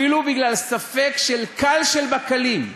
אפילו בגלל ספק קל שבקלים,